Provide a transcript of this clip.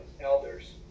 Elders